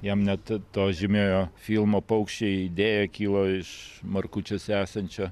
jam net to žymiojo filmo paukščiai idėja kilo iš markučiuose esančio